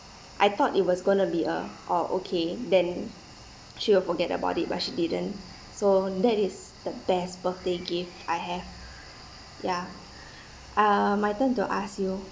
I thought it was going to be a oh okay then she would forget about it but she didn't so that is the best birthday gift I have ya uh my turn to ask you